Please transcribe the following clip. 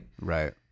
Right